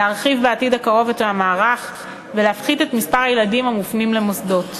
להרחיב בעתיד הקרוב את המערך ולהפחית את מספר הילדים המופנים למוסדות.